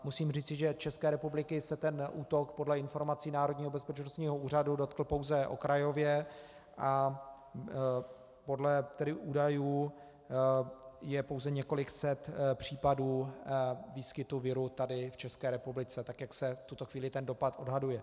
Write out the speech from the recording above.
Musím říci, že České republiky se ten útok podle informací Národního bezpečnostního úřadu dotkl pouze okrajově a podle údajů je pouze několik set případů výskytu viru tady v České republice, tak jak se v tuto chvíli ten dopad odhaduje.